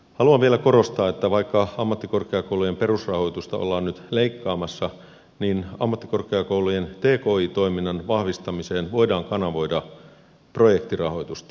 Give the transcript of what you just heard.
haluan vielä korostaa että vaikka ammattikorkeakoulujen perusrahoitusta ollaan nyt leikkaamassa niin ammattikorkeakoulujen tki toiminnan vahvistamiseen voidaan kanavoida projektirahoitusta